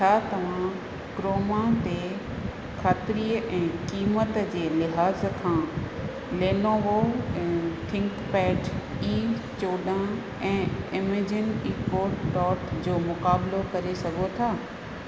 छा तव्हां क्रोमा ते ख़ातिरीअ ऐं क़ीमत जे लिहाज़ खां लेनोवो थिंकपैड ई चोॾाहं ऐं एमेजन इको डॉट जो मुक़ाबलो करे सघो था